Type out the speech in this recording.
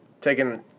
taking